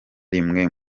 rimwe